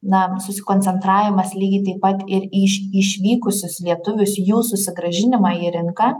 na susikoncentravimas lygiai taip pat ir į iš išvykusius lietuvius jų susigrąžinimą į rinką